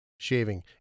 Shaving